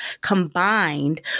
combined